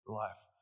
life